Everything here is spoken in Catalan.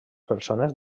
persones